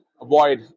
avoid